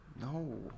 No